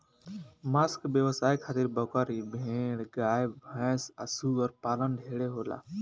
मांस के व्यवसाय खातिर बकरी, भेड़, गाय भैस आ सूअर पालन ढेरे होला